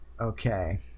Okay